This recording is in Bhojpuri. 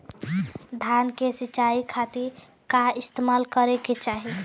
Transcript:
धान के सिंचाई खाती का इस्तेमाल करे के चाही?